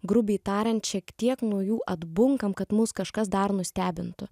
grubiai tariant šiek tiek nuo jų atbunkam kad mus kažkas dar nustebintų